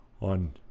on